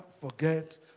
forget